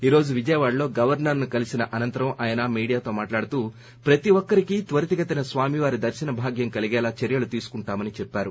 ఈ రోజు విజయవాడలో గవర్సర్ను కలిసిన అనంతరం ఆయన మీడియాతో మాట్లాడుతూ ప్రతి ఒక్కరికి త్వరితగతిన స్వామివారి దర్పన భాగ్యం కలిగేలా చర్యలు తీసుకుంటామని చెప్పారు